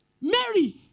Mary